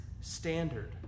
standard